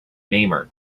namer